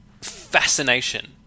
fascination